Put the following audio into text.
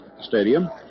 stadium